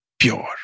pure